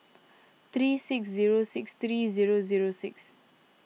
three six zero six three zero zero six